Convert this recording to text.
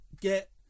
get